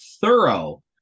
thorough